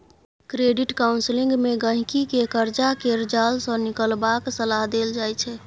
credit counselling मे गहिंकी केँ करजा केर जाल सँ निकलबाक सलाह देल जाइ छै